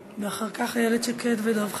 אחר כך, איילת שקד ודב חנין.